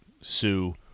Sue